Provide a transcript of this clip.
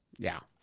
yeah.